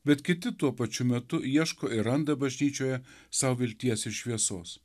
bet kiti tuo pačiu metu ieško ir randa bažnyčioje sau vilties ir šviesos